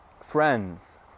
Friends